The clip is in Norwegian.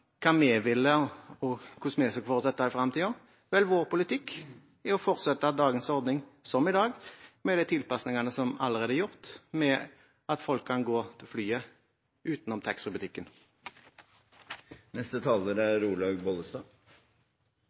hvordan vi ser for oss dette i fremtiden. Vår politikk er å fortsette dagens ordning, med de tilpasningene som allerede er gjort ved at folk kan gå til flyet utenom